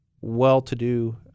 well-to-do